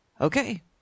okay